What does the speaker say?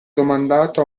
domandato